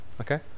Okay